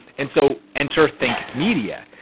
and so enter think media.